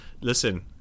Listen